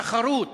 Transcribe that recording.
התחרות